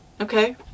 Okay